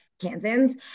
kansans